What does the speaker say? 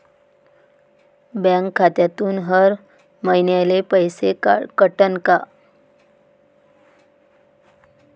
Bank खात्यातून हर महिन्याले पैसे कटन का?